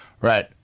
Right